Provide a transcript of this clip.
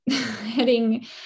heading